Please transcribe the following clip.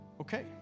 okay